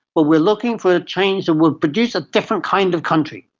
but we are looking for a change that will produce a different kind of country.